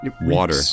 water